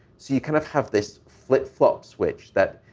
so you kind of have this flip-flop switch that.